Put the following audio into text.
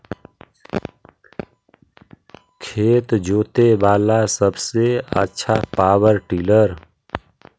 खेत जोते बाला सबसे आछा पॉवर टिलर?